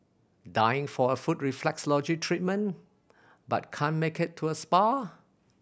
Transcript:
dying for a foot reflexology treatment but can't make it to a spa